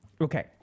Okay